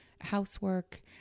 housework